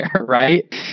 right